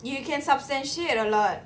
you can substantiate a lot